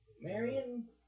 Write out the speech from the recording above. Marion